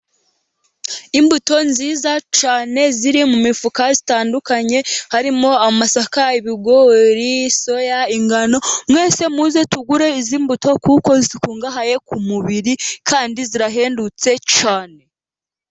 Imbuto nziza cyane ziri mu mifuka itandukanye, harimo amasaka, ibigori, soya, ingano, mwese muze tugure izi mbuto, kuko zikungahaye ku mubiri, kandi zirahendutse cyane.